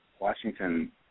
Washington –